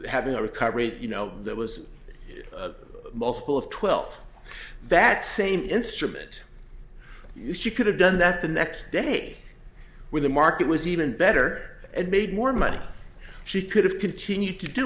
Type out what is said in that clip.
having a recovery you know that was a multiple of twelve that same instrument she could have done that the next day when the market was even better and made more money she could have continued to do